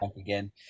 again